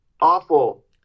Awful